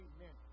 Amen